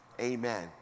Amen